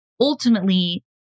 ultimately